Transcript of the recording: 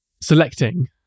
selecting